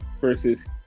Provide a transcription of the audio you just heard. versus